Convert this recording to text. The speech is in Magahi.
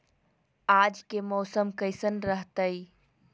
आज के मौसम कैसन रहताई?